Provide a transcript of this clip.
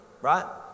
right